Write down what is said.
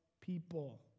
people